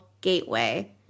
gateway